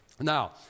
Now